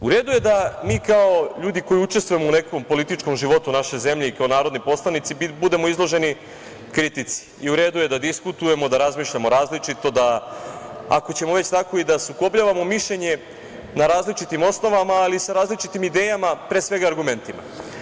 U redu je da mi kao ljudi koji učestvujemo u nekom političkom životu naše zemlje i kao narodni poslanici budemo izloženi kritici i u redu je da diskutujemo, da razmišljamo različito, da ako ćemo već tako i da sukobljavamo mišljenje na različitim osnovama, ali sa različitim idejama, pre svega argumentima.